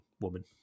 woman